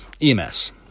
EMS